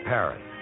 Paris